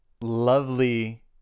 lovely